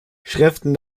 schriften